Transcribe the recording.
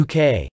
UK